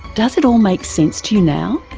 does it all make sense to you now?